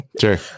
Sure